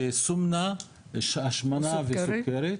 הפירוש סומנה זה השמנה וסוכרת,